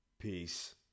Peace